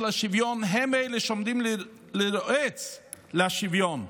השוויון הם אלה שעומדים לרועץ לשוויון.